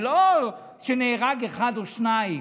לא נהרג אחד או שניים,